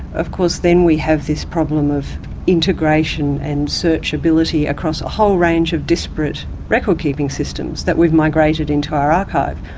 of course then we have this problem of integration and searchability across a whole range of disparate recordkeeping systems that we've migrated into our archive,